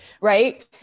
right